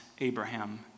abraham